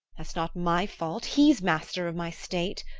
that's not my fault he's master of my state.